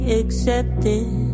accepted